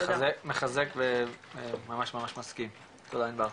מחזק וממש מסכים, תודה ענבר.